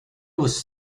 was